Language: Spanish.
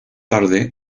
tarde